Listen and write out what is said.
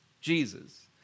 Jesus